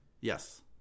Yes